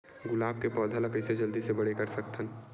गुलाब के पौधा ल कइसे जल्दी से बड़े कर सकथन?